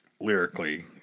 lyrically